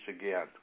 again